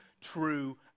true